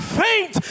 faint